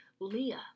Leah